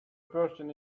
person